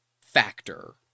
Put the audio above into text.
factor